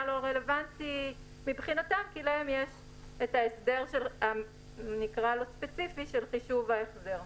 לא רלוונטי מבחינתם כי להם יש את ההסדר הספציפי של חישוב ההחזר.